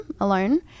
alone